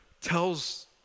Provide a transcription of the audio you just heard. tells